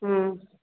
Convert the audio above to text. हूँ